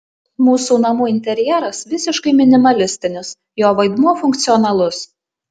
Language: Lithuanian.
mūsų namų interjeras visiškai minimalistinis jo vaidmuo funkcionalus